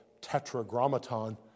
Tetragrammaton